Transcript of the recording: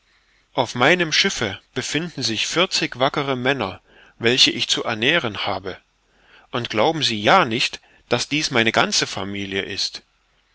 auf meinem schiffe befinden sich vierzig wackere männer welche ich zu ernähren habe und glauben sie ja nicht daß dies meine ganze familie ist